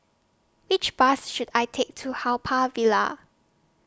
Which Bus should I Take to Haw Par Villa